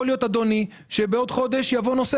יכול להיות אדוני שבעוד חודש יבוא נושא